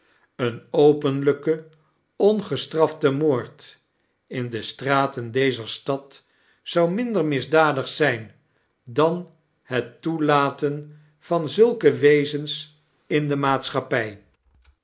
een openlijke ongesfcrafte moord in de straten dezer stad zou minder misdadig zijn dan het toelaten van zulke wezens in de maatschappij